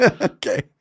Okay